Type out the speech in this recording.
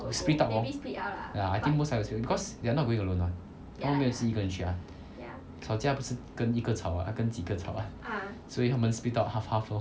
split up hor ya I think most likely will split because you not going alone mah 他们不是一个人去啊吵架不是跟一个吵 [what] 要跟几个吵 [what] 所以他们 split up half half lor